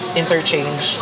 interchange